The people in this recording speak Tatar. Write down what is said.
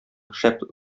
шәп